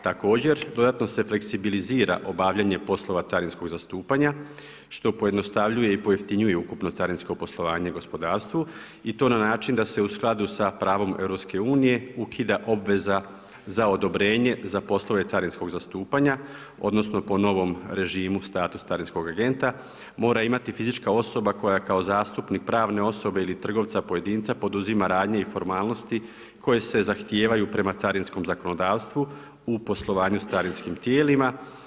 Također dodatno se fleksibilizira obavljanje poslova carinskog zastupanja što pojednostavljuje i pojeftinjuje ukupno carinsko poslovanje u gospodarstvu i to na način da se u skladu sa pravom EU ukida obveza za odobrenje za poslove carinskog zastupanja, odnosno po novom režimu status carinskog agenta, mora imati fizička osoba koja kao zastupnik pravne osobe ili trgovca pojedinca poduzima radnje i formalnosti koje se zahtijevaju prema carinskom zakonodavstvu u poslovanju sa carinskim tijelima.